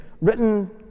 written